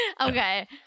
Okay